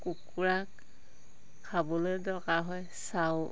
কুকুৰাক খাবলৈ দৰকাৰ হয় চাউল